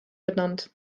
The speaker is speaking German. benannt